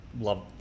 love